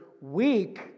weak